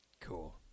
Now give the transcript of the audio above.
Cool